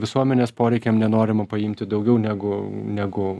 visuomenės poreikiam nenorima paimti daugiau negu negu